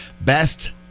best